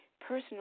personal